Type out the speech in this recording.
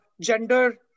Gender